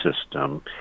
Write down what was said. system